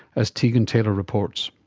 as tegan taylor reports.